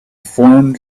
formed